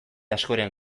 askoren